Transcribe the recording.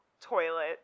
toilet